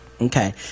okay